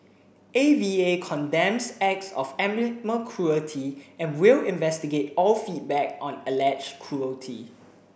A V A condemns acts of animal cruelty and will investigate all feedback on alleged cruelty